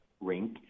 rink